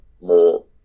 more